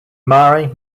mare